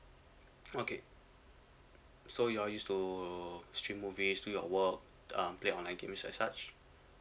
okay so you all use to stream movies do your work um play online games and such